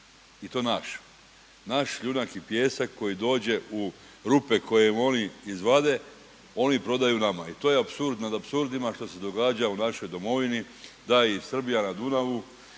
I to naš, naš šljunak i pijesak koji dođe u rupe koje im oni izvade, oni prodaju nama. I to je apsurd nad apsurdima što se događa u našoj domovini, da i Srbija na Dunavu